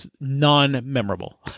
non-memorable